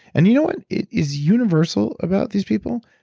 and you know what is universal about these people?